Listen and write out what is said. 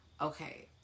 Okay